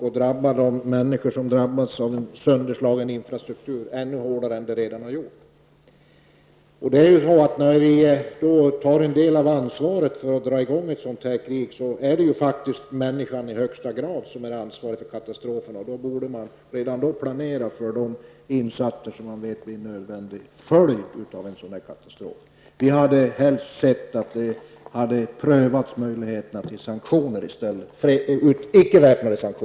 Det kan drabba de människor som redan har fått sin infrastruktur sönderslagen ännu hårdare än vad som redan har skett. När vi tar en del av ansvaret för att dra i gång ett sådant krig, är det faktiskt i högsta grad människan som är ansvarig för katastroferna. Man borde redan då planera för de insatser som man vet blir en nödvändig följd av en sådan katastrof. Vi i vänsterpartiet hade helst sett att möjligheterna med fortsatta sanktioner hade prövats.